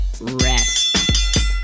Rest